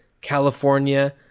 California